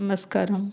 నమస్కారం